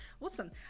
Awesome